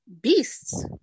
beasts